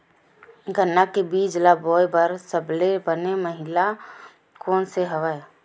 गन्ना के बीज ल बोय बर सबले बने महिना कोन से हवय?